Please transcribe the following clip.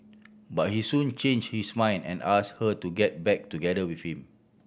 but he soon change his mind and ask her to get back together with him